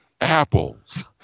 apples